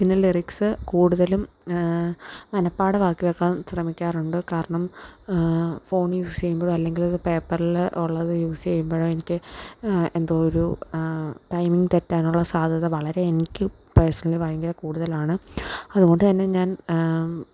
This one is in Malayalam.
പിന്നെ ലിറിക്സ് കൂടുതലും മനഃപാഠമാക്കി വെക്കാൻ ശ്രമിക്കാറുണ്ട് കാരണം ഫോൺ യൂസ് ചെയ്യുമ്പോഴോ അല്ലെങ്കിലതു പേപ്പറിൽ ഉള്ളത് യൂസ് ചെയ്യുമ്പോഴോ എനിക്ക് എന്തോ ഒരു ടൈമിങ്ങ് തെറ്റാനുള്ള സാദ്ധ്യത വളരെ എനിക്കു പേഴ്സണലി ഭയങ്കരകൂടുതലാണ് അതുകൊണ്ട് തന്നെ ഞാൻ